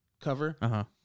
cover